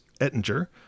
Ettinger